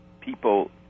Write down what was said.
people